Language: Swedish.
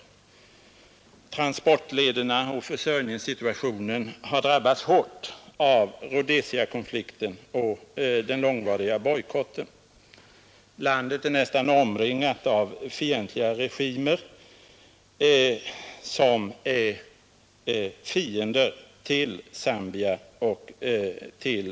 11 november 1971 Transportlederna och försörjningssituationen har drabbats hårt av Rhode EPs rop fen” BR SSSE ST siakonflikten och den långvariga bojkotten. Landet är nästan omringat av Ang. biståndet till regimer, som är fientligt inställda till Zambia och dess regim.